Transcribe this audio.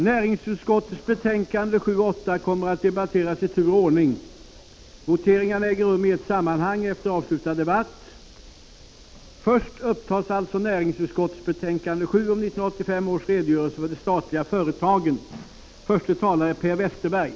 Kulturutskottets betänkande 12 och utrikesutskottets betänkande 12 kommer att debatteras i tur och ordning. Voteringarna äger rum i ett sammanhang efter avslutad debatt. Först upptas alltså kulturutskottets betänkande 12 om rundradiosändningar av finländska televisionsprogram.